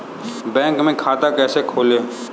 Bank में खाता कैसे खोलें?